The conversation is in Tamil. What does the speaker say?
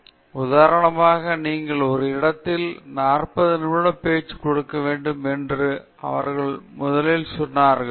எனவே உதாரணமாக நீங்கள் ஒரு இடத்தில் நாற்பது நிமிட பேச்சு கொடுக்க வேண்டும் என்று அவர்கள் முதலில் சொன்னார்கள்